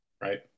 right